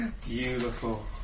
beautiful